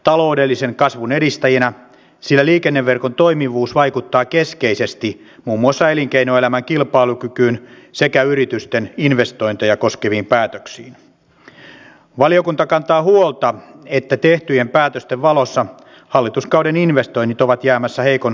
edustaja kivelä kysyi puolustusvoimien henkilöstön mahdollisesta väsymyksestä ja kieltämättä olen kiertänyt varuskuntia tässä puolen vuoden aikana aika lailla ja olen kysynyt aina henkilöstöjärjestöjen edustajilta tilanteesta tämä on myös käynyt esille